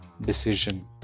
decision